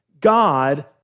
God